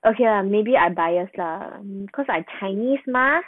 okay lah maybe I'm biased lah mm cause I chinese mah